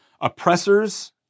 oppressors